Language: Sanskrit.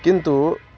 किन्तु